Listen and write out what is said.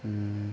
嗯